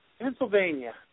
Pennsylvania